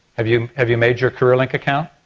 have you have you made your career link account?